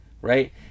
right